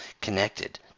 connected